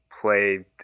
play